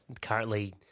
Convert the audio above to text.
currently